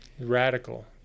Radical